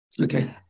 okay